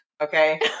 okay